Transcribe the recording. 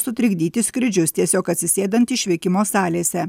sutrikdyti skrydžius tiesiog atsisėdant išvykimo salėse